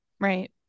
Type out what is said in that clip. Right